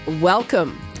welcome